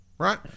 right